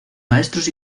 maestros